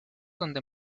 donde